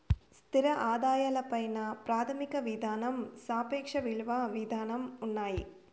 స్థిర ఆదాయాల పై ప్రాథమిక విధానం సాపేక్ష ఇలువ విధానం ఉన్నాయి